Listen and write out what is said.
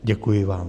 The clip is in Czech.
Děkuji vám.